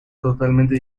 totalmente